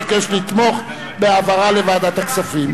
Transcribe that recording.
ביקש לתמוך בהעברה לוועדת הכספים.